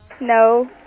No